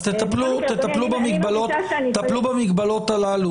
את תטפלו במגבלות הללו,